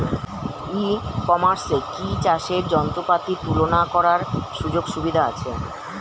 ই কমার্সে কি চাষের যন্ত্রপাতি তুলনা করার সুযোগ সুবিধা আছে?